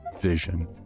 Vision